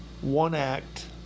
one-act